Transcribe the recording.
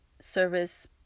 Service